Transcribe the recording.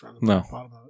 No